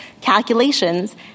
calculations—